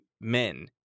men